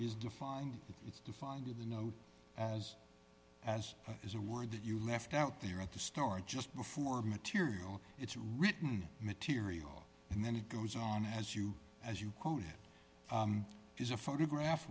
is defined it's defined in the note as as is a word that you left out there at the store just before material it's written material and then it goes on as you as you quote it is a photograph